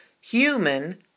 human